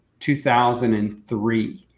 2003